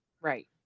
Right